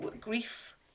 grief